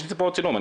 יש לי פה צילום,